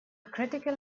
critical